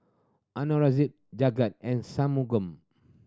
Aurangzeb Jagat and Shunmugam